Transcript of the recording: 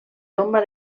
tomba